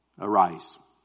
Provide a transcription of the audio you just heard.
Arise